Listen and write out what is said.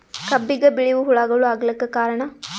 ಕಬ್ಬಿಗ ಬಿಳಿವು ಹುಳಾಗಳು ಆಗಲಕ್ಕ ಕಾರಣ?